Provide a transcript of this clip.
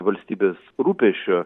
valstybės rūpesčio